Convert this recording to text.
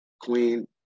Queen